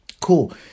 Cool